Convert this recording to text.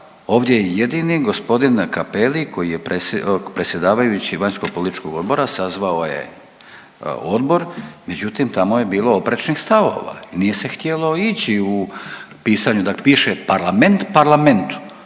Ovdje je jedini g. Cappelli koji je predsjedavajući vanjskopolitičkog odbora, sazvao je odbor, međutim, tamo je bilo oprečnih stavova i nije se htjelo ići u pisanju, dakle piše parlament parlamentu.